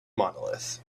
monolith